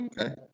okay